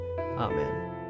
Amen